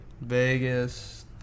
Vegas